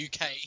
UK